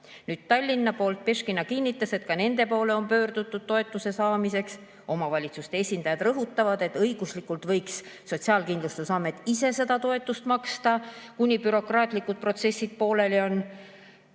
Nüüd, Tallinna poolt Beškina kinnitas, et ka nende poole on pöördutud toetuse saamiseks. Omavalitsuste esindajad rõhutavad, et õiguslikult võiks Sotsiaalkindlustusamet ise seda toetust maksta, kuni bürokraatlikud protsessid pooleli on.